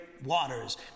Waters